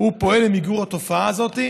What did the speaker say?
הוא פועל למיגור התופעה הזאת,